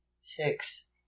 Six